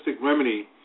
remedy